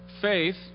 faith